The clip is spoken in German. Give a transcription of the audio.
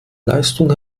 leistung